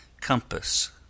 compass